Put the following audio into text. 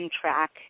track